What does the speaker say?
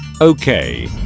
Okay